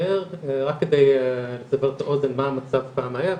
רק כדי לסבר את האוזן מה היה המצב פעם.